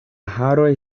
haroj